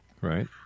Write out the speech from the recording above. Right